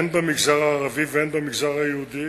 הן במגזר הערבי והן במגזר היהודי